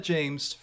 James